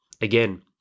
again